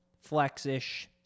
flex-ish